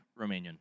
Romanian